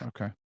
Okay